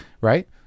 right